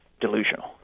delusional